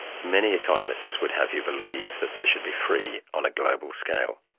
many economists would have you believe that they should be free on a global scale.